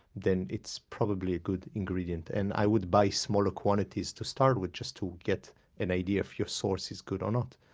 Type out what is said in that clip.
then it's probably a good ingredient and i would buy smaller quantities to start with, just to get an idea if your source is good or not.